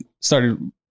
started